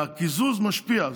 והקיזוז משפיע.